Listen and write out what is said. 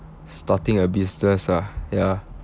starting a business ah ya